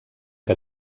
que